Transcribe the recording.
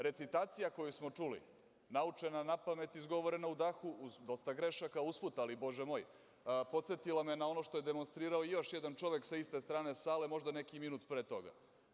Recitacija koju smo čuli naučena napamet, izgovorena u dahu uz dosta grešaka uz put, ali Bože moj, podsetila me je na ono što je demonstrirao još jedan čovek sa iste strane sale, možda neki minut pre toga.